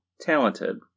talented